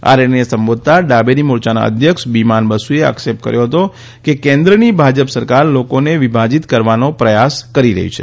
આ રેલીને સંબોધતા ડાબેરી મોરચાના અધ્યક્ષ બીમન બાસુએ આક્ષેપ કર્યો હતો કે કેન્દ્રની ભાજપ સરકાર લોકોને વિભાજીત કરવાનો પ્રયાસ કરી રહી છે